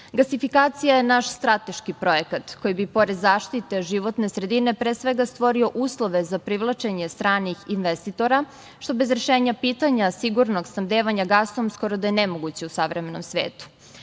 Gasifikacija je naš strateški projekat koji bi pored zaštite životne sredine, pre svega stvorio uslove za privlačenje stranih investitora, što bez rešenja pitanja sigurnog snabdevanja gasom skoro da je nemoguće u savremenom svetu. Na